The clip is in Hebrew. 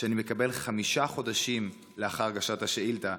שאני מקבל את התשובה הזאת חמישה חודשים לאחר הגשת השאילתה?